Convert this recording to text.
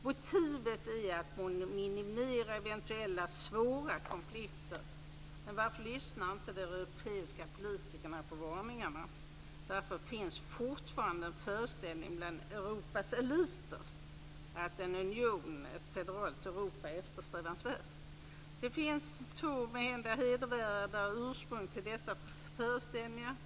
Motivet är att minimera eventuella svåra konflikter. Men varför lyssnar inte de europeiska politikerna på varningarna? Varför finns fortfarande en föreställning bland Europas eliter att en union, ett federalt Europa, är eftersträvansvärd? Det finns två måhända hedervärda ursprung till dessa föreställningar.